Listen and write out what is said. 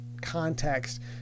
context